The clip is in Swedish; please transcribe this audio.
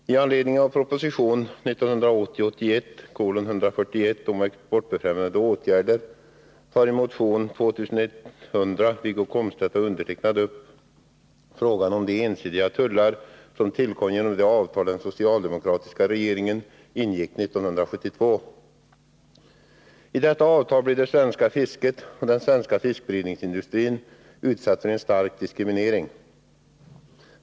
Fru talman! I anledning av proposition 1980/81:141 om exportfrämjande åtgärder tar Wiggo Komstedt och jag i motion 2100 upp frågan om de ensidiga tullar som tillkom genom det avtal som den socialdemokratiska regeringen ingick med EG 1972. I detta avtal blev det svenska fisket och den svenska fiskberedningsindustrin utsatta för en stark diskriminering.